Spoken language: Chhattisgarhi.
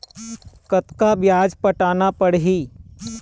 कतका ब्याज पटाना पड़ही?